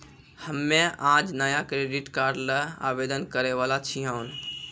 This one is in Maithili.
हम्मे आज नया क्रेडिट कार्ड ल आवेदन करै वाला छियौन